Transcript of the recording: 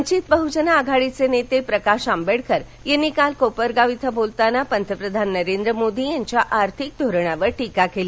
वंचित बहुजन आघाडीचे नेते प्रकाश आंबेडकर यांनी काल कोपरगाव इथं बोलताना पंतप्रधान नरेंद्र मोदी यांच्या आर्थिक धोरणावर टीका केली